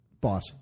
boss